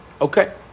Okay